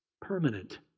permanent